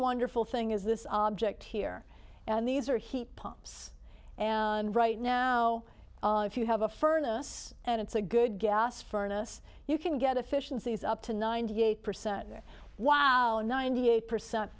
wonderful thing is this object here and these are heat pumps and right now if you have a furnace and it's a good gas furnace you can get efficiencies up to ninety eight percent wow ninety eight percent